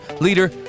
leader